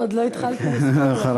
עוד לא התחלתי לספור לך.